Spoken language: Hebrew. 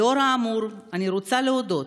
לנוכח האמור, אני רוצה להודות